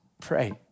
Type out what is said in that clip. Pray